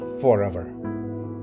forever